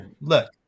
Look